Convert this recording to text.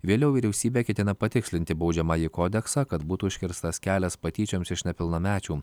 vėliau vyriausybė ketina patikslinti baudžiamąjį kodeksą kad būtų užkirstas kelias patyčioms iš nepilnamečių